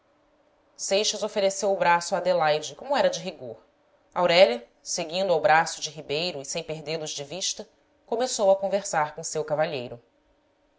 seixas ofereceu o braço a adelaide como era de rigor aurélia seguindo ao braço de ribeiro e sem perdê los de vista começou a conversar com seu cavalheiro